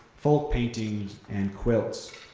folk paintings, and quilts.